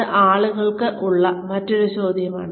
അത് ആളുകൾക്ക് ഉള്ള മറ്റൊരു ചോദ്യമാണ്